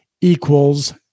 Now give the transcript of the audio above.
equals